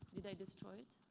you know destroy it?